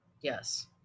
yes